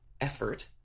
effort